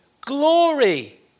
glory